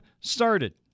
started